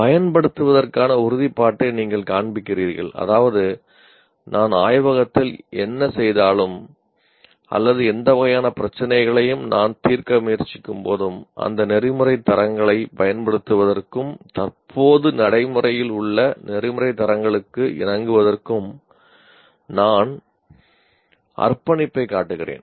பயன்படுத்துவதற்கான உறுதிப்பாட்டை நீங்கள் காண்பிக்கிறீர்கள்அதாவது நான் ஆய்வகத்தில் என்ன செய்தாலும் அல்லது எந்த வகையான பிரச்சினைகளையும் நான் தீர்க்க முயற்சிக்கும் போதும்அந்த நெறிமுறைத் தரங்களைப் பயன்படுத்துவதற்கும் தற்போது நடைமுறையில் உள்ள நெறிமுறைத் தரங்களுக்கு இணங்குவதற்கும் நான் அர்ப்பணிப்பைக் காட்டுகிறேன்